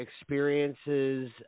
experiences